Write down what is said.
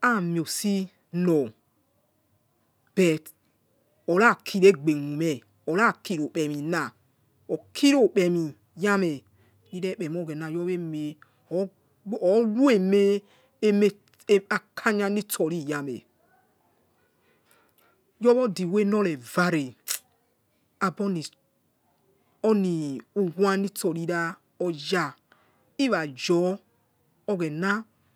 amosinor bet oraki regbemumeh orakirokpemina okirokpemi yameh nirekpemo oghena yorwe meh or oruemeh et akanyanitsori yameh your wor the way nor revare aboni st oni uwanitori rah ojah irajor oghena